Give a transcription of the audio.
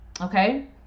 Okay